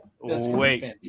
wait